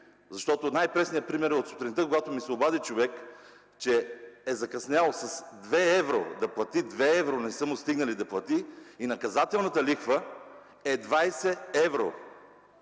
Най-пресният е от сутринта, когато ми се обади човек, че е закъснял да плати 2 евро, не са му стигнали да плати, а наказателната лихва е 20 евро!